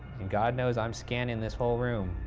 god knows i'm scanning this whole room.